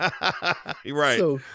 Right